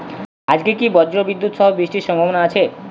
আজকে কি ব্রর্জবিদুৎ সহ বৃষ্টির সম্ভাবনা আছে?